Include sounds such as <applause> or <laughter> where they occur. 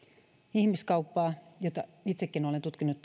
ihmiskauppaa jota itsekin olen tutkinut <unintelligible>